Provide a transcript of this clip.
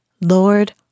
Lord